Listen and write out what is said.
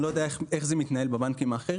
אני לא יודע איך זה מתנהל בבנקים אחרים